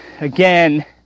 again